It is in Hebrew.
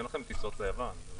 אין לכם טיסות ליוון...